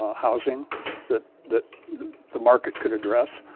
housing that that the market could address.